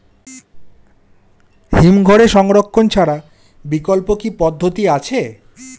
হিমঘরে সংরক্ষণ ছাড়া বিকল্প কি পদ্ধতি আছে?